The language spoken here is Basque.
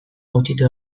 gutxitu